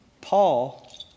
Paul